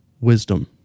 wisdom